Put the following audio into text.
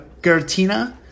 Gertina